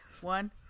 one